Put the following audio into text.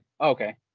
Okay